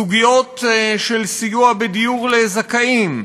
סוגיות של סיוע בדיור לזכאים,